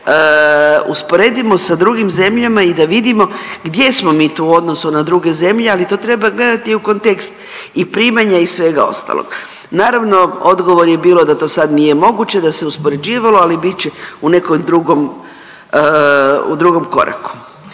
usporedimo sa drugim zemljama i da vidimo gdje smo mi to u odnosu na druge zemlje, ali to treba gledati i u kontekst i primanja i svega ostalog. Naravno odgovor je bilo da to sad nije moguće, da se uspoređivalo ali bit će u nekom drugom koraku.